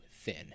thin